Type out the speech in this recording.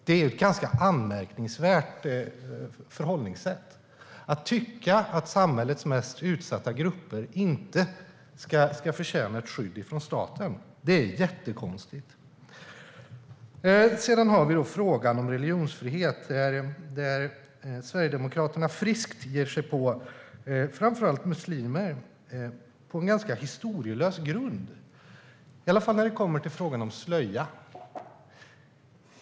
Det är ett ganska anmärkningsvärt förhållningssätt att tycka att samhällets mest utsatta grupper inte ska förtjäna statens skydd. Det är jättekonstigt. Sedan har vi frågan om religionsfrihet där Sverigedemokraterna friskt ger sig på framför allt muslimer på en ganska historielös grund, i alla fall när det kommer till frågan om slöja.